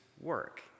work